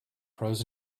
pros